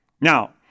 Now